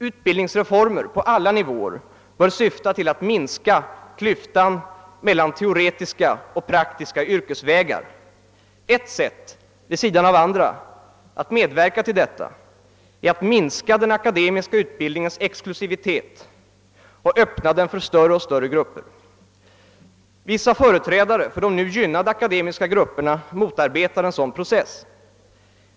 Utbildningsreformer på alla nivåer bör syfta till att minska klyftan mellan teoretiska och praktiska yrkesvägar. Ett sätt, vid sidan av andra, att medverka till detta är att minska den akademiska utbildningens exklusivitet och göra den tillgänglig för större och större grupper. Vissa företrädare för de nu gynnade akademiska grupperna motarbetar en sådan process.